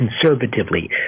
conservatively